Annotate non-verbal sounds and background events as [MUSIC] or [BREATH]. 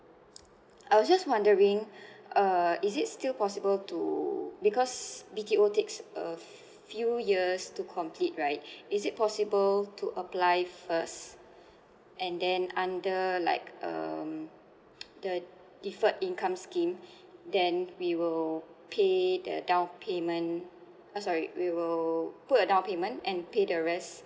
I was just wondering [BREATH] uh is it still possible to because B_T_O takes a few years to complete right [BREATH] is it possible to apply first [BREATH] and then under like um the deferred income scheme [BREATH] then we will pay the down payment uh sorry we will put a down payment and pay the rest